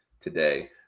today